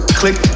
click